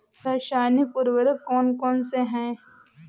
रासायनिक उर्वरक कौन कौनसे हैं?